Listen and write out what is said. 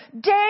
day